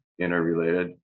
interrelated